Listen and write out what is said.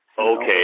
Okay